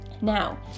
Now